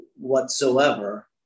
whatsoever